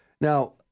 now